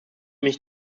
mich